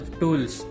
tools